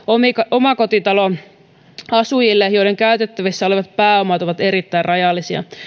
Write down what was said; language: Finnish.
omakotitaloasujille joiden käytettävissä olevat pääomat ovat erittäin rajallisia